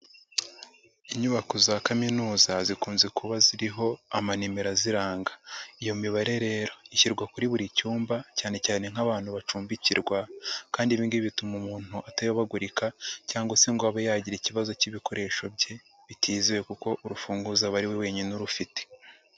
Inyubako za kaminuza zikunze kuba ziriho amanimero aziranga, iyo mibare rero ishyirwa kuri buri cyumba cyane cyane nk'abantu bacumbikirwa kandi ibi ngibi bituma umuntu atayobagurika cyangwa se ngo abe yagira ikibazo k'ibikoresho bye bitizewe kuko urufunguzo aba ari we wenyine urufite.